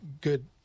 good